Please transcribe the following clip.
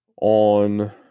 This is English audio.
on